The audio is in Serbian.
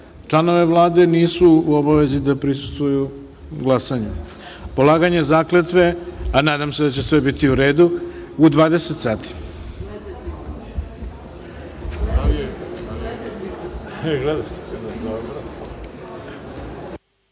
članove Vlade nisu u obavezi da prisustvuju glasanju. Polaganje zakletve, a nadam se da će sve biti u redu, je u